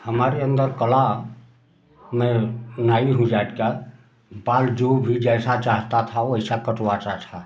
हमारे अन्दर कला मैं नाई हूँ जात का बाल जो भी जैसा चाहता था वैसा कटवाता था